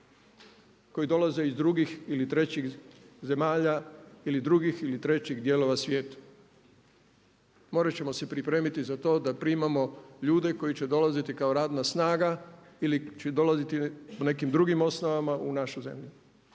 koji dolaze iz drugih ili trećih zemalja ili drugih ili trećih dijelova svijeta. Morat ćemo se pripremiti za to da primamo ljude koji će dolaziti kao radna snaga ili će dolaziti po nekim drugim osnovama u našu zemlju.